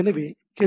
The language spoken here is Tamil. எனவே ஹெச்